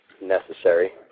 Necessary